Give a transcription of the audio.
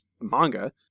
manga